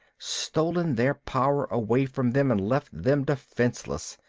stolen their power away from them and left them defenseless,